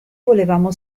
volevamo